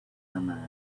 mind